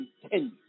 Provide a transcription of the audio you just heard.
continue